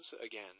again